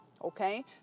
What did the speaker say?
okay